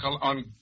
on